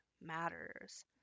matters